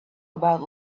about